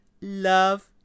love